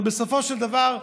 אבל בסופו של דבר,